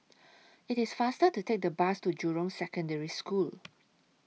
IT IS faster to Take The Bus to Jurong Secondary School